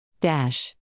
Dash